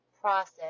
process